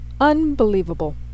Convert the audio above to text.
Unbelievable